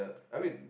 I mean